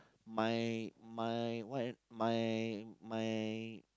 my my what ah my my